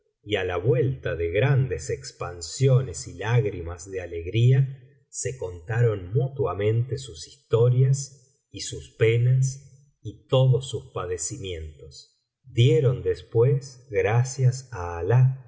y á la vuelta de grandes expansiones y lágrimas de alegría se contaron mutuamente sus historias y sus penas y todos sus padecimientos dieron después gracias á alah